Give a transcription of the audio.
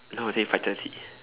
no until five thirty